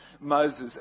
Moses